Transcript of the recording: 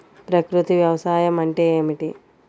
ప్రకృతి వ్యవసాయం అంటే ఏమిటి?